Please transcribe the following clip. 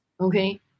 okay